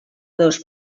dos